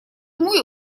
мой